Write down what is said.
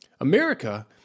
America